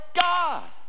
God